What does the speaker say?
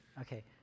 Okay